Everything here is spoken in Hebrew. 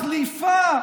מחליפה,